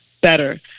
better